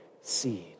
seed